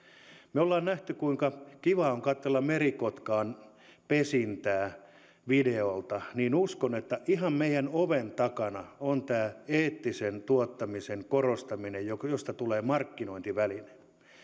me olemme nähneet kuinka kiva on katsella merikotkan pesintää videolta niin uskon että ihan meidän oven takana on tämä eettisen tuottamisen korostaminen josta josta tulee markkinointiväline